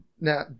now